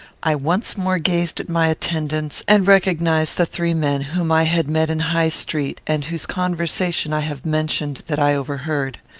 i once more gazed at my attendants, and recognised the three men whom i had met in high street, and whose conversation i have mentioned that i overheard.